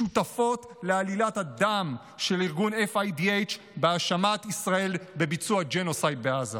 שותפות לעלילת הדם של ארגון FIDH בהאשמת ישראל בביצוע ג'נוסייד בעזה.